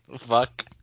fuck